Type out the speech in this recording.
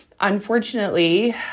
unfortunately